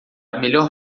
melhor